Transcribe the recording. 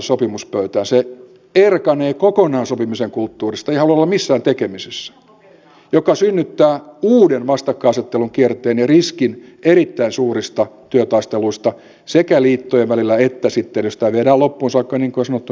se erkanee kokonaan sopimisen kulttuurista ei halua olla missään tekemisissä mikä synnyttää uuden vastakkainasettelun kierteen ja riskin erittäin suurista työtaisteluista sekä liittojen välillä että sitten jos tämä viedään loppuun saakka niin kuin on sanottu työpaikoilla